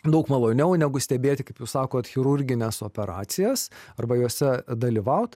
daug maloniau negu stebėti kaip jūs sakote chirurgines operacijas arba jose dalyvaut